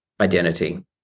identity